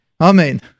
Amen